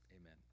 amen